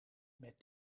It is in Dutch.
met